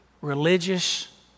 religious